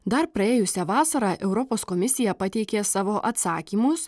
dar praėjusią vasarą europos komisija pateikė savo atsakymus